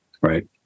Right